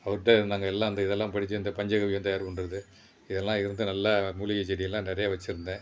அவர்கிட்ட நாங்கள் எல்லாம் அந்த இதெல்லாம் படித்து இந்த பஞ்சகவ்வியம் தயார் பண்ணுறது இதெல்லாம் எடுத்து நல்லா மூலிகைச் செடியெல்லாம் நிறையா வச்சுருந்தேன்